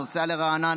נוסע לרעננה,